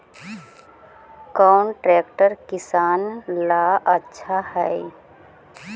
कौन ट्रैक्टर किसान ला आछा है?